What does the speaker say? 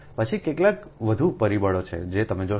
પછી કેટલાક વધુ પરિબળો છે જે તમે જોશો